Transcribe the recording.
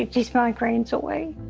these migraines away.